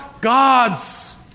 gods